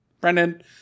Brendan